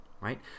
Right